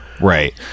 Right